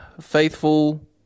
Faithful